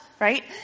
Right